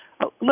Look